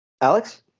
Alex